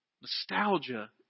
Nostalgia